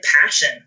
passion